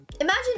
Imagine